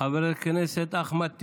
חבר הכנסת אחמד טיבי,